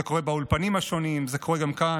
זה קורה באולפנים השונים, זה קורה כאן.